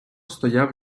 стояв